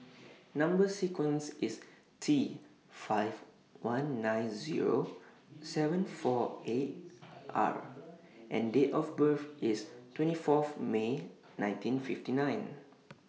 Number sequence IS T five one nine Zero seven four eight R and Date of birth IS twenty Fourth May nineteen fifty nine